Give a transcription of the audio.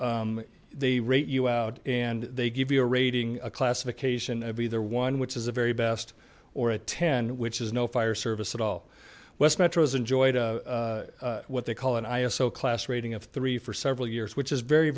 the rate you out and they give you a rating a classification of either one which is a very best or a ten which is no fire service at all west metros enjoyed what they call an i s o class rating of three for several years which is very